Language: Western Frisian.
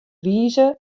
wize